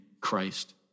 Christ